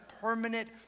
permanent